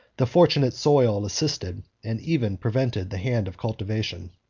the fortunate soil assisted, and even prevented, the hand of cultivation.